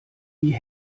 wie